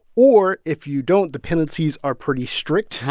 or if you don't, the penalties are pretty strict.